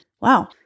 Wow